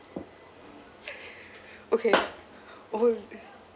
okay oh